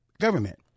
Government